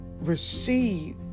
receive